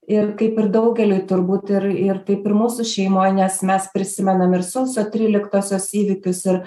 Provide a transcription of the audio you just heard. ir kaip ir daugeliui turbūt ir ir taip ir mūsų šeimoj nes mes prisimenam ir sausio tryliktosios įvykius ir